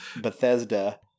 Bethesda